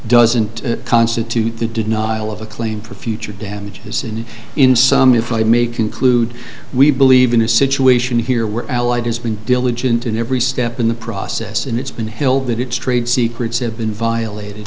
doesn't constitute the denial of a claim for future damages and in some if i may conclude we believe in a situation here where allied has been diligent in every step in the process and it's been the hill that its trade secrets have been violated